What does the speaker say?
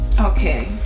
okay